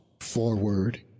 forward